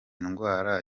ndwara